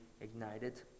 ignited